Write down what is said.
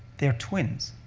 they're twins.